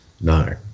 No